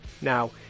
now